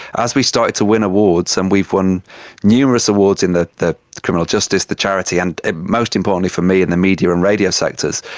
as we started to win awards, and we've won numerous awards in the the criminal justice, the charity and, most importantly for me, in the media and radio sectors,